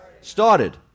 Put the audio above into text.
Started